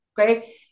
okay